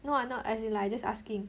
no I'm not as in like I just asking